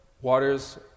waters